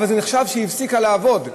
זה נחשב שהפסיקה לעבוד,